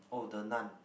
oh the Nun